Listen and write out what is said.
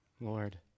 Lord